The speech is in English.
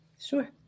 Sure